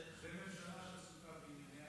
זו ממשלה שעסוקה בענייניה